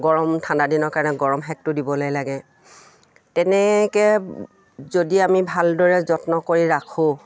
গৰম ঠাণ্ডা দিনৰ কাৰণে গৰম সেকটো দিবলৈ লাগে তেনেকৈ যদি আমি ভালদৰে যত্ন কৰি ৰাখোঁ